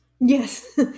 Yes